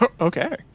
okay